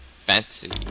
Fancy